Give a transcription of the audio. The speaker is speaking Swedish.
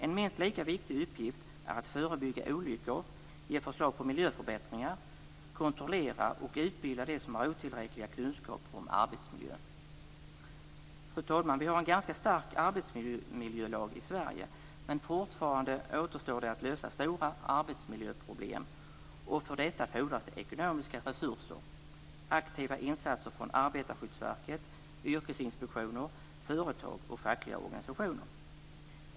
En minst lika viktig uppgift är att förebygga olyckor, ge förslag på arbetsmiljöförbättringar, kontrollera och utbilda dem som har otillräckliga kunskaper om arbetsmiljön. Fru talman! Vi har en ganska stark arbetsmiljölag i Sverige. Men fortfarande återstår det att lösa stora arbetsmiljöproblem, och för detta fordras det ekonomiska resurser och aktiva insatser från Arbetarskyddsverket, yrkesinspektioner, företag och fackliga organisationer.